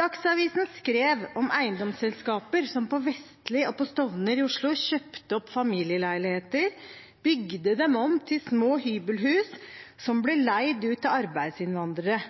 Dagsavisen skrev om eiendomsselskaper som på Vestli og Stovner i Oslo kjøpte familieleiligheter, bygde dem om til små hybelhus som ble leid ut